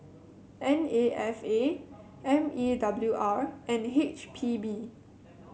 N A F A M E W R and H P B